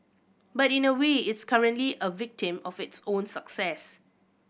but in a way it's currently a victim of its own success